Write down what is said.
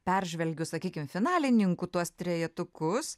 peržvelgiu sakykim finalininkų tuos trejetukus